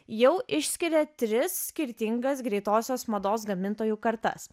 jau išskiria tris skirtingas greitosios mados gamintojų kartas